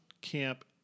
camp